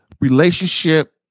relationship